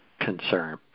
concern